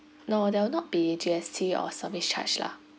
no there will not be G_S_T or service charge lah